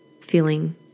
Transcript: feeling